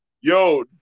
Yo